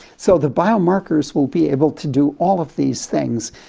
so the biomarkers will be able to do all of these things,